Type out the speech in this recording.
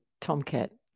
tomcat